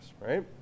right